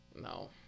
no